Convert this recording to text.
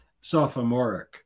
sophomoric